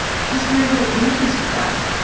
she has very little patience with them.